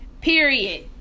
period